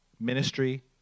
Ministry